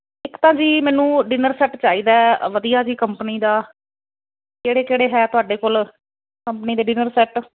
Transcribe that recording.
ਇੱਕ ਤਾਂ ਜੀ ਮੈਨੂੰ ਡਿਨਰ ਸੈੱਟ ਚਾਹੀਦਾ ਵਧੀਆ ਜੀ ਕੰਪਨੀ ਦਾ ਕਿਹੜੇ ਕਿਹੜੇ ਹੈ ਤੁਹਾਡੇ ਕੋਲ ਕੰਪਨੀ ਦੇ ਡਿਨਰ ਸੈਟ